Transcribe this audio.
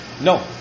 no